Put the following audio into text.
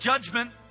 judgment